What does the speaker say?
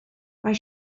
mae